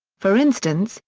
for instance,